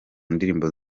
ndirimbo